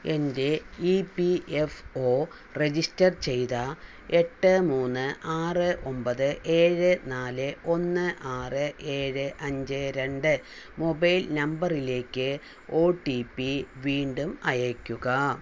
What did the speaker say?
എന്റെ E P F O register ചെയ്ത എട്ട് മൂന്ന് ആറ് ഒമ്പത് ഏഴ് നാല് ഒന്ന് ആറ് ഏഴ് അഞ്ച് രണ്ട് മൊബൈൽ നമ്പറിലേക്ക് ഒ ടി പി വീണ്ടും അയയ്ക്കുക